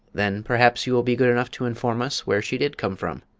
then perhaps you will be good enough to inform us where she did come from?